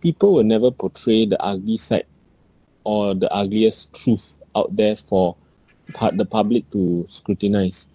people will never portray the ugly side or the ugliest truth out therefore pu~ the public to scrutinise